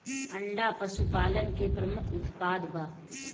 अंडा पशुपालन के प्रमुख उत्पाद बा